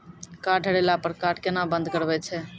Card हेरैला पर card केना बंद करबै छै?